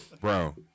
bro